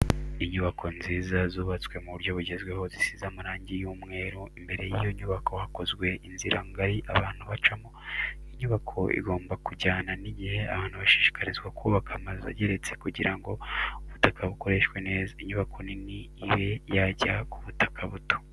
Inyubako nziza zubatswe mu buryo bugezweho zisize amarangi y'umweru imbere y'iyo nyubako hakozwe inzira ngari abantu bacamo, imyubakire igomba kujyana n'igihe abantu bashishikarizwa kubaka amazu ageretse kugira ngo ubutaka bukoreshwe neza inyubako nini ibe yajya ku butaka buto.